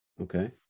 Okay